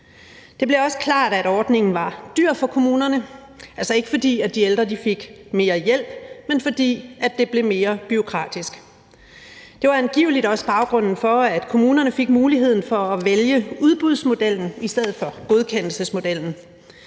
Det blev også klart, at ordningen var dyr for kommunerne, altså ikke fordi de ældre fik mere hjælp, men fordi det blev mere bureaukratisk. Det var angiveligt også baggrunden for, at kommunerne fik muligheden for at vælge udbudsmodellen i stedet for godkendelsesmodellen.